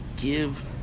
Give